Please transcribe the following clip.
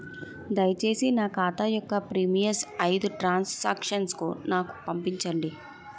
దయచేసి నా ఖాతా యొక్క ప్రీవియస్ ఐదు ట్రాన్ సాంక్షన్ నాకు చూపండి